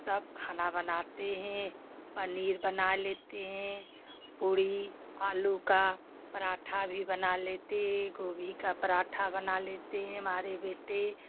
सब खाना बनाते हैं पनीर बना लेते हैं पूरी आलू का पराँठा भी बना लेते गोभी का पराँठा बना लेते हैं हमारे बेटे